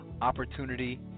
opportunity